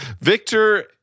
Victor